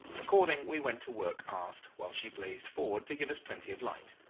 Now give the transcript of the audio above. according we went to work aft, while she blazed forward to give us plenty of light.